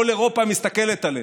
כל אירופה מסתכלת עלינו.